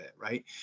right